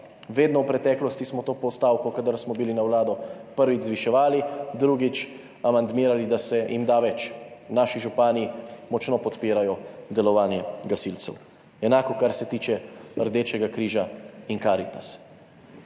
Vedno smo v preteklosti to postavko, kadar smo bili na Vladi, prvič, zviševali, drugič, amandmirali, da se jim da več. Naši župani močno podpirajo delovanje gasilcev, enako kar se tiče Rdečega križa in Karitas.